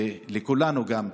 ולכולנו גם,